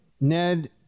Ned